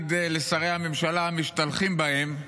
ולהגיד לשרי הממשלה המשתלחים בהם,